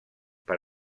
per